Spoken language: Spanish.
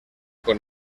con